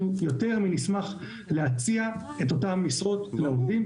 אנחנו מאוד נשמח להציע את אותן משרות לעובדים,